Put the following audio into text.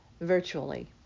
virtually